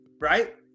right